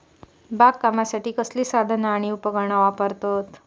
बागकामासाठी कसली साधना आणि उपकरणा वापरतत?